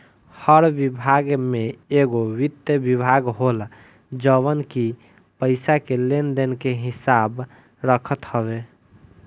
हर विभाग में एगो वित्त विभाग होला जवन की पईसा के लेन देन के हिसाब रखत हवे